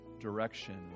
direction